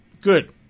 Good